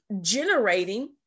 generating